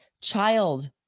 Child